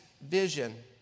vision